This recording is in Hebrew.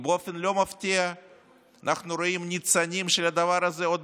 ובאופן לא מפתיע אנחנו רואים ניצנים של הדבר הזה עוד